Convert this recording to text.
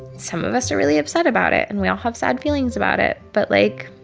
some of us are really upset about it. and we all have sad feelings about it. but like,